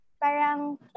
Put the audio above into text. Parang